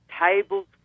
tables